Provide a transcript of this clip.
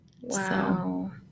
Wow